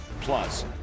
Plus